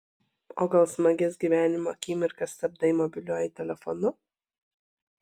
o gal smagias gyvenimo akimirkas stabdai mobiliuoju telefonu